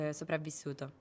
sopravvissuto